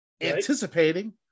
anticipating